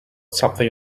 something